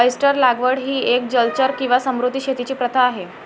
oyster लागवड ही एक जलचर किंवा समुद्री शेतीची प्रथा आहे